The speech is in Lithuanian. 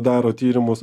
daro tyrimus